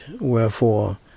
Wherefore